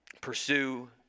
pursue